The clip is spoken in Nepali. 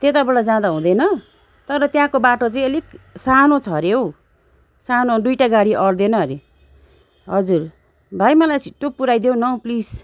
त्यताबाट जाँदा हुँदैन तर त्यहाँको बाटो चाहिँ अलिक सानो छ हरे हौ सानो दुइटा गाडी आँट्दैन हरे हजुर भाइ मलाई छिट्टो पुऱ्याइदेउ न हौ प्लिज